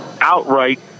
outright